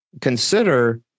consider